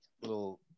Little